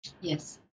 Yes